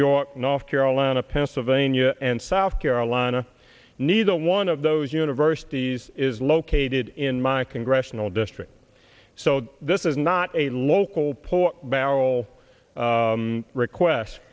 york north carolina pennsylvania and south carolina neither one of those universities is located in my congressional district so this is not a local pork barrel